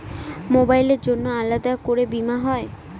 মোবাইলের জন্য আলাদা করে বীমা হয়?